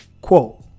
Quote